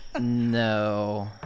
no